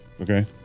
Okay